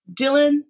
Dylan